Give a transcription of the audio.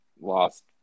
lost